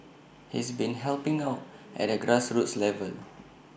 he's been helping out at the grassroots level